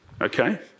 Okay